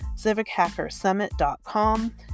civichackersummit.com